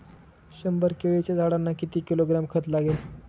शंभर केळीच्या झाडांना किती किलोग्रॅम खत लागेल?